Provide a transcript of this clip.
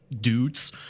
dudes